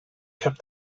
kept